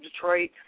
Detroit